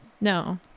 no